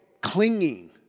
clinging